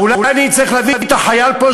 אולי אני צריך להביא את החייל לפה,